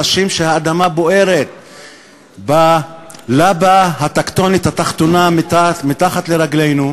חשים שהאדמה בוערת בלבה הטקטונית התחתונה מתחת לרגלינו,